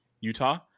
Utah